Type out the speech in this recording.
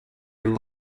you